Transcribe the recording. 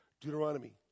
Deuteronomy